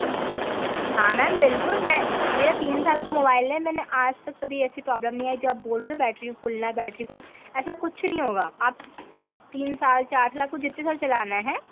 हाँ मैम बिलकुल मैं मेरा तीन साल का मोबाइल है मैंने आज तक कभी ऐसी प्रॉब्लम नहीं आई जो आप बोल रहे हो बैटरी फूलना बैटरी फूलना ऐसा कुछ नहीं होगा आप तीन साल चार साल आपको जितने साल चलाना है